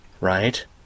right